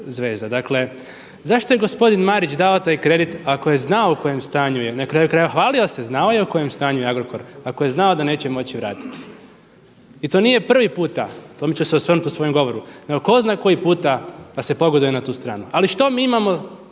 Zvezda. Dakle, zašto je gospodin Marić dao taj kredit ako je znao u kojem stanju je, na kraju krajeva hvalio se, znao je u kojem je stanju Agrokor ako je znao da neće moći vratiti. I to nije prvi puta. U tom ću se osvrnuti u svojem govoru, nego tko zna koji puta da se pogoduje na tu stranu. Ali što mi imamo